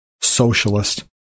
socialist